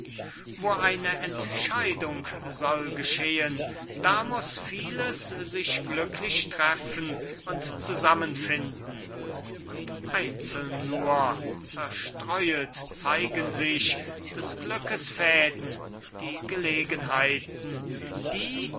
wo eine entscheidung soll geschehen da muß vieles sich glücklich treffen und zusammenfinden und einzeln nur zerstreuet zeigen sich des glückes fäden die gelegenheiten die